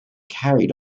carried